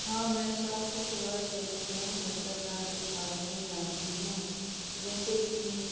हाँ मैं स्वास्थ्य सेवा क्षेत्र में भ्रष्टाचार के बारे में जानती हूँ जैसे कि